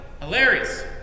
Hilarious